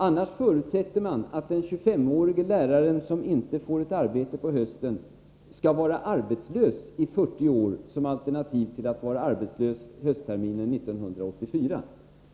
Annars förutsätter man att den 25-årige läraren som inte får ett arbete på hösten skall Om åtgärder mot vara arbetslös i 40 år som alternativ till att vara arbetslös höstterminen 1984. segregation i skolan